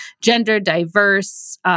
gender-diverse